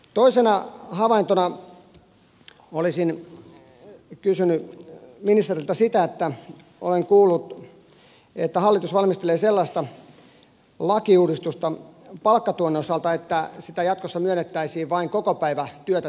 toisena havaintona olisin kysynyt ministeriltä sitä kun olen kuullut että hallitus valmistelee sellaista lakiuudistusta palkkatuen osalta että sitä jatkossa myönnettäisiin vain kokopäivätyötä tekeville henkilöille